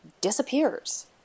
Disappears